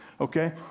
okay